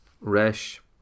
Resh